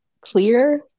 clear